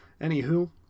Anywho